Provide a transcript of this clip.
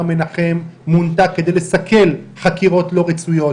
שבר מנחם מונתה כדי לסכל חקירות לא רצויות.